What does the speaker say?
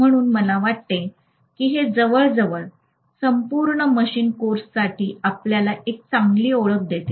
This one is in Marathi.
म्हणून मला वाटते की हे जवळजवळ संपूर्ण मशीन कोर्ससाठी आपल्याला एक चांगली ओळख देते